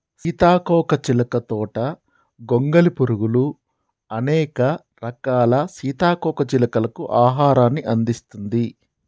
సీతాకోక చిలుక తోట గొంగలి పురుగులు, అనేక రకాల సీతాకోక చిలుకలకు ఆహారాన్ని అందిస్తుంది